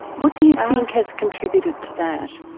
what do you think has contributed to that?